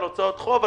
על הוצאות חוב,